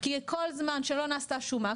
כי כל זמן שלא נעשתה שומה,